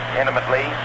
intimately